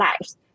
lives